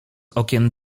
okien